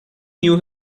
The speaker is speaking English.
knew